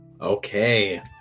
Okay